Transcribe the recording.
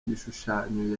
igishushanyo